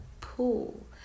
pool